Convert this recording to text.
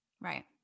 right